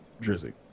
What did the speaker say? Drizzy